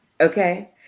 Okay